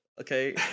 okay